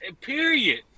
Period